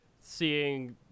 seeing